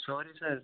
sorry چھِ حظ